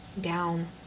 down